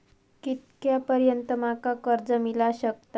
कितक्या पर्यंत माका कर्ज मिला शकता?